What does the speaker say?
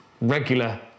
regular